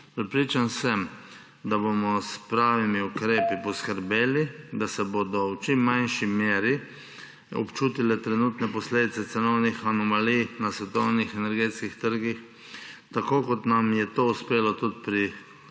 Prepričan sem, da bomo s pravimi ukrepi poskrbeli, da se bodo v čim manjši meri občutile trenutne posledice cenovnih anomalij na svetovnih energetskih trgih, tako kot nam je to uspelo tudi pri epidemiji